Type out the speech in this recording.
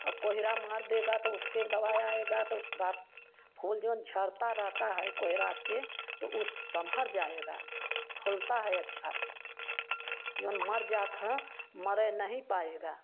और कोहरा मार देगा तो उसके दवा आएगा तो उसके बाद फूल जऊन झड़ता रहता है कोहरा से तो उस सम्भल जाएगा फुलता है अच्छा भी जौन मर जाथा मरै नहीं पाएगा